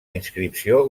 inscripció